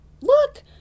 look